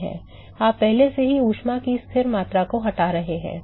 आप पहले से ही ऊष्मा की स्थिर मात्रा को हटा रहे हैं